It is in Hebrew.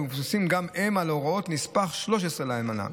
המבוססים גם הם על הוראות נספח 13 לאמנה.